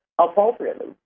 appropriately